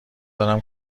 دارم